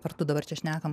kartu dabar čia šnekam